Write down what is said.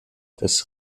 des